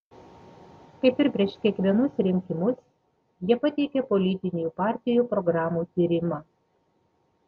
kaip ir prieš kiekvienus rinkimus jie pateikia politinių partijų programų tyrimą